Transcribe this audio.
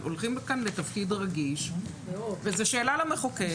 הולכים כאן לתפקיד רגיש וזה שאלה למחוקק,